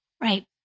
Right